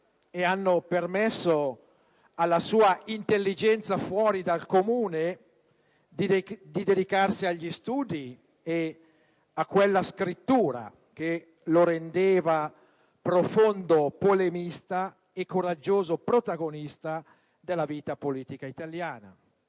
ed hanno permesso alla sua intelligenza fuori dal comune di dedicarsi agli studi ed a quella scrittura che lo rendeva profondo polemista e coraggioso protagonista della vita politica italiana.